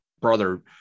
brother